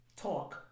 talk